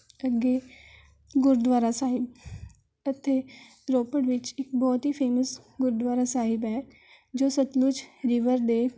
ਅੱਗੇ ਗੁਰਦੁਆਰਾ ਸਾਹਿਬ ਇੱਥੇ ਰੋਪੜ ਵਿੱਚ ਇੱਕ ਬਹੁਤ ਹੀ ਫੇਮਸ ਗੁਰਦੁਆਰਾ ਸਾਹਿਬ ਹੈ ਜੋ ਸਤਲੁਜ ਰੀਵਰ ਦੇ